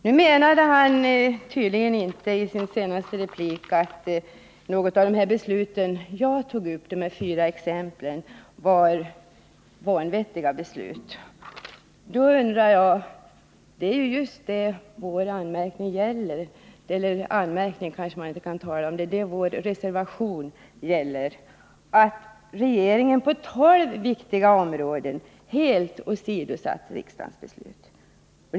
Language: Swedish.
Nu menade han tydligen inte i sin senaste replik att något av de beslut jag avsåg i de fyra exemplen var ett vanvettigt beslut. Vad vår reservation tar upp är just att regeringen på tolv viktiga områden helt åsidosatt riksdagens beslut.